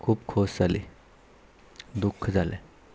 खूब खोस जाली दुख्ख जालें